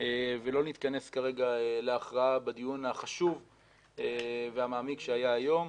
ולא נתכנס כרגע להכרעה בדיון החשוב והמעמיק שהיה היום,